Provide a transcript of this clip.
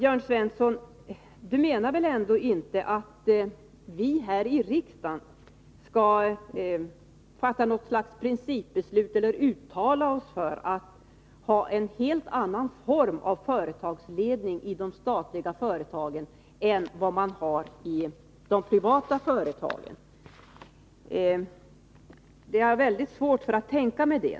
Jörn Svensson menar väl ändå inte att vi här i riksdagen skall fatta något slags principbeslut om eller uttala oss för en helt annan form av företagsledningi de statliga företagen än vad man har i de privata? Jag har mycket svårt att tänka mig det.